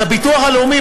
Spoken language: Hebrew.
אז הביטוח הלאומי,